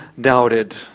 doubted